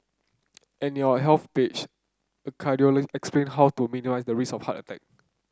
and in our Health page a cardiologist explain how to minimise the risk of a heart attack